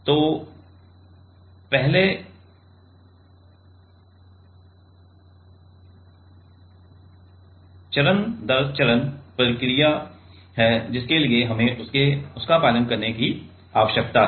तो पहले चरण दर चरण प्रक्रिया है जिसके लिए हमें उसका पालन करने की आवश्यकता है